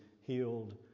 healed